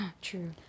True